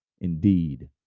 Indeed